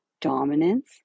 Dominance